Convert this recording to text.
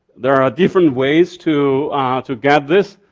there are different ways to to get this.